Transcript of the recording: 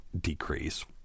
decrease